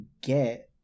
get